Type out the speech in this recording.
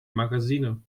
magazine